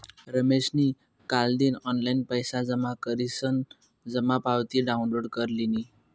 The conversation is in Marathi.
रमेशनी कालदिन ऑनलाईन पैसा जमा करीसन जमा पावती डाउनलोड कर लिनी